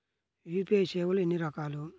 UPI సేవలు ఎన్నిరకాలు?